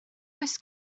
oes